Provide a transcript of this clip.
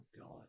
God